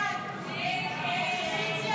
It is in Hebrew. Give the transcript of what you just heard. הסתייגות 62